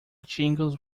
jingles